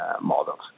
models